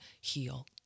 heal